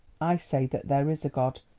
i say that there is a god,